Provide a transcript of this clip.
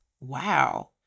wow